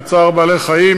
של צער בעלי-חיים,